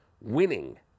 winning